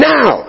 Now